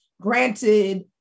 granted